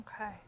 Okay